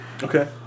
Okay